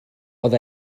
oedd